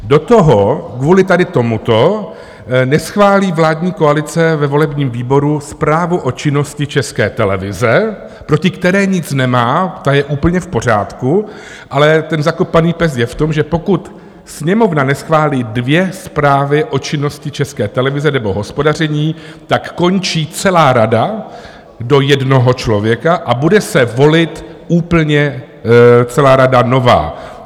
Do toho kvůli tady tomuto neschválí vládní koalice ve volebním výboru zprávu o činnosti České televize, proti které nic nemá, ta je úplně v pořádku, ale ten zakopaný pes je v tom, že pokud Sněmovna neschválí dvě zprávy o činnosti České televize nebo o hospodaření, tak končí celá rada do jednoho člověka a bude se volit úplně celá rada nová.